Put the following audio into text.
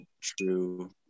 true